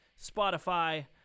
spotify